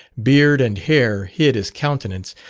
beard and hair hid his countenance,